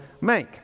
make